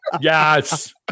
Yes